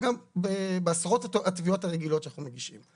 וגם בעשרות התביעות הרגילות שאנחנו מגישים.